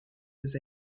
his